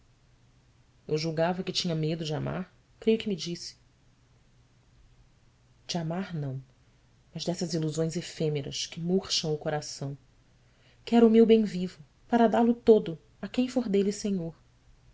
eu julgava que tinha medo de amar creio que me disse e amar não mas dessas ilusões efêmeras que murcham o coração quero o meu bem vivo para dá-lo todo a quem for dele senhor